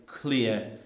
clear